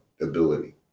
ability